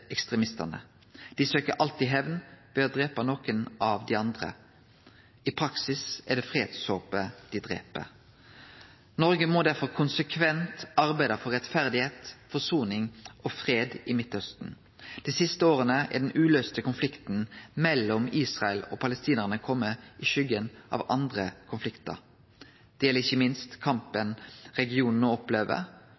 ekstremistane. Dei søkjer alltid hemn ved å drepe nokre av dei andre. I praksis er det fredshåpet dei drep. Noreg må derfor konsekvent arbeide for rettferd, forsoning og fred i Midtausten. Dei siste åra har den uløyste konflikten mellom Israel og palestinarane kome i skuggen av andre konfliktar. Det gjeld ikkje minst kampen